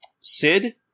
Sid